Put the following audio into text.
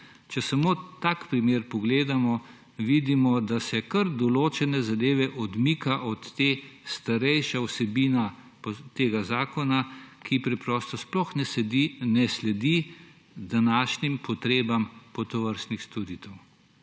Če samo tak primer pogledamo, vidimo, da se kar določene zadeve odmika od te starejše vsebine tega zakona, ki preprosto sploh ne sledi današnjim potrebam po tovrstnih storitvah.